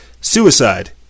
suicide